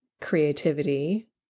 creativity